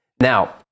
Now